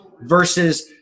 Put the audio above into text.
versus